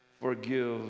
forgive